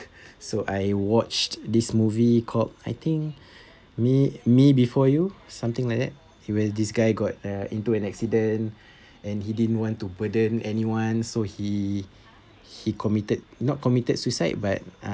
so I watched this movie called I think me me before you something like that there was this guy got uh into an accident and he didn't want to burden anyone so he he committed not committed suicide but uh